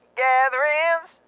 gatherings